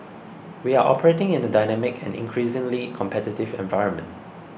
we are operating in a dynamic and increasingly competitive environment